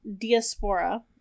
diaspora